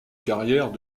carrière